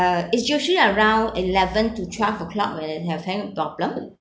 uh it's usually around eleven to twelve O clock when they having problem